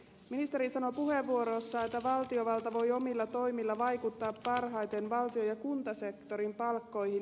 ministeri sanoi puheenvuorossaan että valtiovalta voi omilla toimilla vaikuttaa parhaiten valtio ja kuntasektorin palkkoihin